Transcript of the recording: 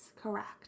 correct